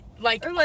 Like-